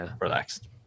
relaxed